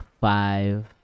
five